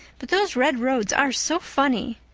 but those red roads are so funny.